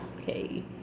okay